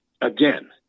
again